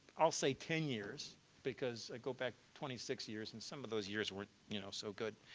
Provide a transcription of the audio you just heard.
i'll say ten years because i go back twenty six years and some of those years weren't you know, so good